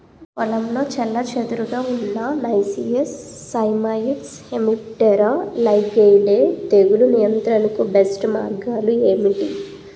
పొలంలో చెల్లాచెదురుగా ఉన్న నైసియస్ సైమోయిడ్స్ హెమిప్టెరా లైగేయిడే తెగులు నియంత్రణకు బెస్ట్ మార్గాలు ఏమిటి?